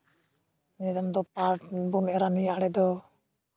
ᱱᱤᱭᱟᱹ ᱫᱚᱢ ᱫᱚ ᱯᱟᱴᱷ ᱵᱚᱱ ᱮᱨᱟ ᱱᱤᱭᱟᱹ ᱟᱬᱮ ᱫᱚ